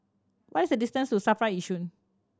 what is the distance to SAFRA Yishun